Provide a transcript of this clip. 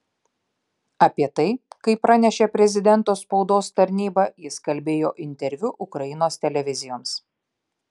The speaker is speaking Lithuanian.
apie tai kaip pranešė prezidento spaudos tarnyba jis kalbėjo interviu ukrainos televizijoms